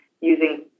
using